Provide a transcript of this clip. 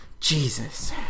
Jesus